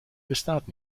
bestaat